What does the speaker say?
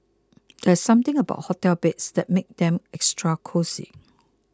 there's something about hotel beds that makes them extra cosy